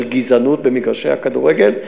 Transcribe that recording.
של גזענות במגרשי הכדורגל,